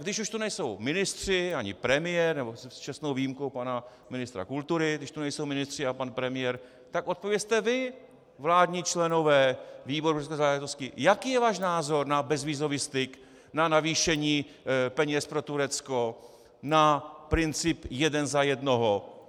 Když už tu nejsou ministři ani premiér, nebo s čestnou výjimkou pana ministra kultury, když tu nejsou ministři a pan premiér, tak odpovězte vy, vládní členové výboru pro evropské záležitosti, jaký je váš názor na bezvízový styk, na navýšení peněz pro Turecko, na princip jeden za jednoho.